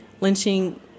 lynching